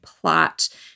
plot